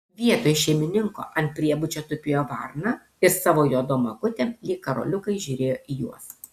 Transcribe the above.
vietoj šeimininko ant priebučio tupėjo varna ir savo juodom akutėm lyg karoliukais žiūrėjo į juos